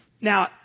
Now